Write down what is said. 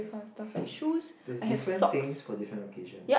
there's different things for different occasion